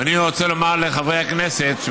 ואני רוצה לומר לחברי הכנסת,